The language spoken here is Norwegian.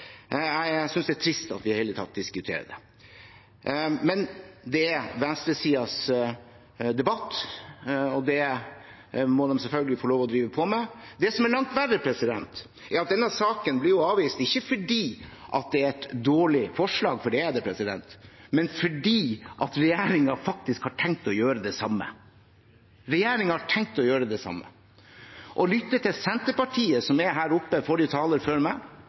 Jeg synes det er trist at vi i det hele tatt diskuterer det. Men det er venstresidens debatt, og det må de selvfølgelig få lov til å drive på med. Det som er langt verre, er at denne saken blir avvist ikke fordi det er et dårlig forslag – for det er det – men fordi regjeringen har tenkt å gjøre det samme. Regjeringen har faktisk tenkt å gjøre det samme. Å lytte til Senterpartiet – som var her oppe ved forrige taler før meg